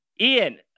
Ian